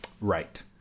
Right